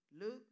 Luke